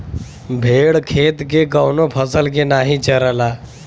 भेड़ खेत के कवनो फसल के नाही चरला